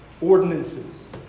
ordinances